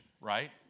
right